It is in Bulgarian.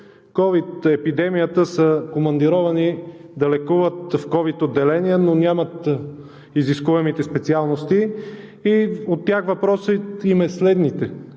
ковид епидемията са командировани да лекуват в ковид отделения, но нямат изискуемите специалности и на тях въпросите са им следните,